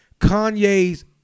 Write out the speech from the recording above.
Kanye's